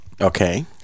okay